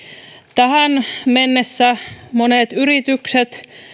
tähän mennessä monet yritykset